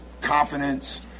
confidence